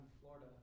Florida